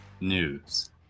news